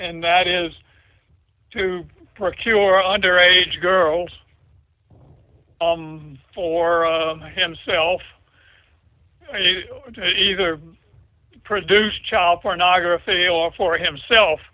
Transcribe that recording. and that is to procure under age girls for himself either produce child pornography or for himself